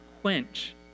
quench